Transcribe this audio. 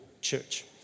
church